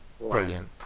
Brilliant